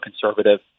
conservative